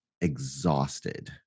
exhausted